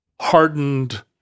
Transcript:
hardened